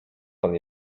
pan